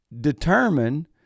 determine